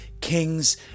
Kings